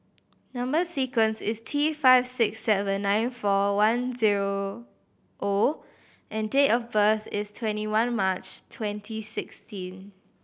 number sequence is T five six seven nine four one zeroO and date of birth is twenty one March twenty sixteen